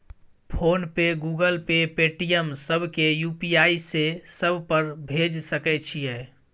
Phone पे, Google Pay, Paytm, सब के UPI से सब पर भेज सके छीयै?